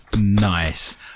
Nice